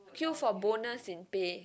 queue for bonus in pay